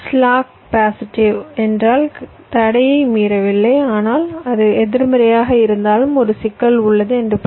slack positive என்றால் தடையை மீறவில்லை ஆனால் அது எதிர்மறையாக இருந்தால் ஒரு சிக்கல் உள்ளது என்று பொருள்